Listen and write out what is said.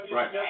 Right